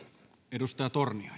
arvoisa